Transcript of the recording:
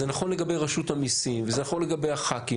וזה נכון לגבי רשות המיסים וזה נכון לגבי הח"כים